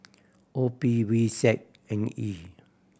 O P V Z N E